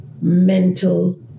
mental